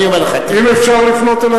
אם אפשר לפנות אליו,